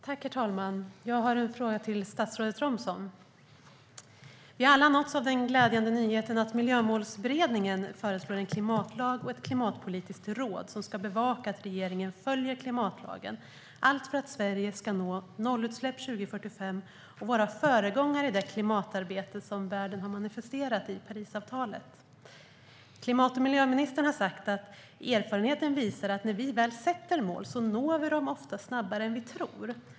Herr talman! Jag har en fråga till statsrådet Romson. Vi har alla nåtts av den glädjande nyheten att Miljömålsberedningen föreslår en klimatlag och ett klimatpolitiskt råd som ska bevaka att regeringen följer klimatlagen. Allt detta görs för att Sverige ska nå nollutsläpp år 2045 och vara föregångare i det klimatarbete som världen har manifesterat i Parisavtalet. Klimat och miljöministern har sagt att erfarenheten visar att när vi väl sätter mål når vi dem ofta snabbare än vad vi tror.